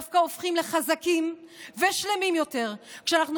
דווקא הופכים לחזקים ושלמים יותר כשאנחנו